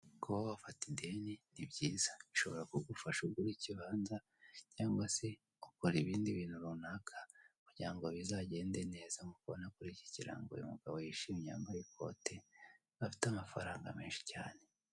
Kuba wafata ideni ni byiza, bishobora kugufasha ugura ikibanza cyangwa se ugakora ibindi bintu runaka kugira ngo bizagende neza, murikubona ko kuri iki kirango uyu mugabo yishimye yambaye ikoti afite amafaranga menshi cyane.